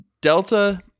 Delta